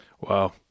wow